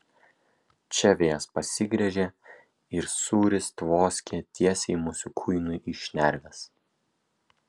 čia vėjas pasigręžė ir sūris tvoskė tiesiai mūsų kuinui į šnerves